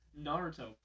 Naruto